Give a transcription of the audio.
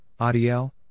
Adiel